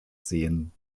sehen